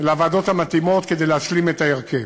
לוועדות המתאימות כדי להשלים את ההרכב.